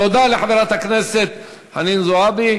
תודה לחברת הכנסת חנין זועבי.